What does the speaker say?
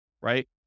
right